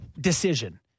decision